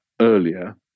earlier